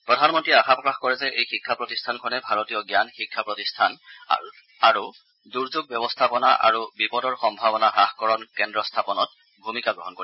প্ৰধানমন্ত্ৰীয়ে আশা প্ৰকাশ কৰে যে এই শিক্ষা প্ৰতিষ্ঠানখনে ভাৰতীয় জ্ঞান শিক্ষা প্ৰতিষ্ঠান আৰু দূৰ্যোগ ব্যৱস্থাপনা আৰু বিপদৰ সম্ভাৱনা হ্ৰাসকৰণ কেন্দ্ৰ স্থাপনত ভূমিকা গ্ৰহণ কৰি